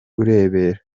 urebera